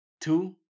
two